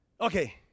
Okay